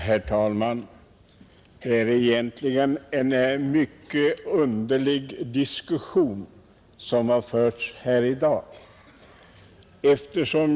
Herr talman! Det är egentligen en mycket underlig diskussion som har förts här i dag.